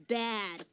bad